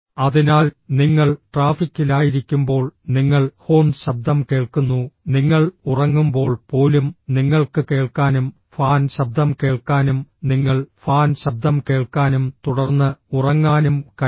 അതിനാൽ നിങ്ങൾ ട്രാഫിക്കിലായിരിക്കുമ്പോൾ നിങ്ങൾ ഹോൺ ശബ്ദം കേൾക്കുന്നു നിങ്ങൾ ഉറങ്ങുമ്പോൾ പോലും നിങ്ങൾക്ക് കേൾക്കാനും ഫാൻ ശബ്ദം കേൾക്കാനും നിങ്ങൾ ഫാൻ ശബ്ദം കേൾക്കാനും തുടർന്ന് ഉറങ്ങാനും കഴിയും